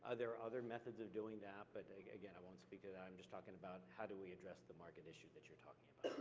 ah there are other methods of doing that, but again, i won't speak of that. i'm just talking about how do we address the market issue that you're talking about.